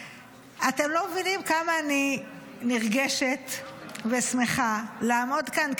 אתם לא מבינים כמה אני נרגשת ושמחה לעמוד כאן.